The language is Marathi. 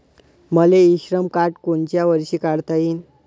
मले इ श्रम कार्ड कोनच्या वर्षी काढता येईन?